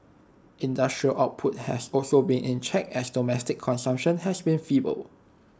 industrial output has also been in check as domestic consumption has been feeble